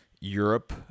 Europe